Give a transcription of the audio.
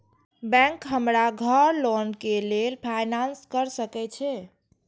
Bank हमरा घर loan के लेल फाईनांस कर सके छे?